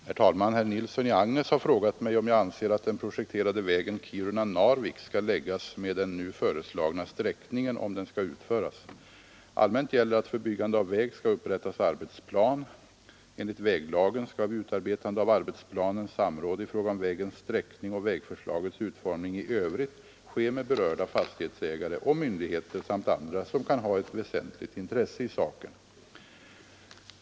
Herr talman! Herr Nilsson i Agnäs har frågat mig om jag anser att den projekterade vägen Kiruna—Narvik skall läggas med den nu föreslagna sträckningen, om den skall utföras. Allmänt gäller att för byggande av väg skall upprättas arbetsplan. Enligt väglagen skall vid utarbetande av arbetsplanen samråd i fråga om vägens sträckning och vägförslagets utformning i övrigt ske med berörda fastighetsägare och myndigheter samt andra som kan ha ett väsentligt intresse i saken.